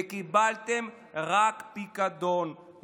וקיבלתם רק פיקדון,